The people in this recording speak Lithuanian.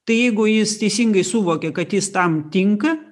tai jeigu jis teisingai suvokia kad jis tam tinka